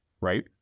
right